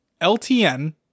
LTN